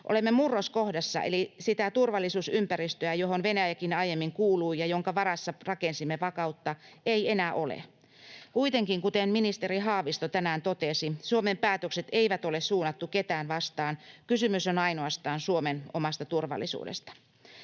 Olemme murroskohdassa, eli sitä turvallisuusympäristöä, johon Venäjäkin aiemmin kuului ja jonka varassa rakensimme vakautta, ei enää ole. Kuitenkin, kuten ministeri Haavisto tänään totesi, Suomen päätökset eivät ole suunnattu ketään vastaan, kysymys on ainoastaan Suomen omasta turvallisuudesta.